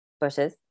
bushes